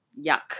yuck